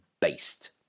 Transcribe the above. based